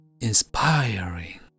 inspiring